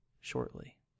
shortly